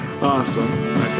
Awesome